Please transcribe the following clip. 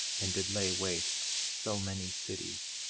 and did lay waste so many cities,